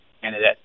candidate